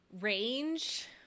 range